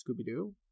scooby-doo